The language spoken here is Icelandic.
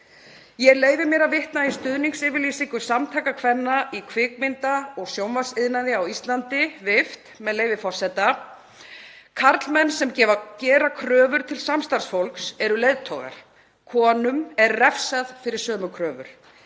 Ég leyfi mér að vitna í stuðningsyfirlýsingu Samtaka kvenna í kvikmynda- og sjónvarpsiðnaði á Íslandi, WIFT, með leyfi forseta: „Karlmenn sem gefa gera kröfur til samstarfsfólks eru leiðtogar. Konum er refsað fyrir sömu kröfur.